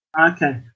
okay